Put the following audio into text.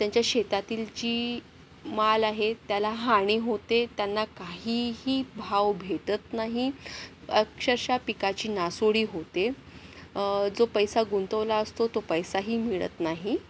त्यांच्या शेतातील जी माल आहे त्याला हानी होते त्यांना काहीही भाव भेटत नाही अक्षरश पिकाची नासाडी होते जो पैसा गुंतवला असतो तो पैसाही मिळत नाही